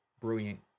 brilliant